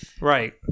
Right